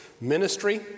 Ministry